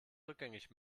rückgängig